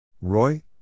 Roy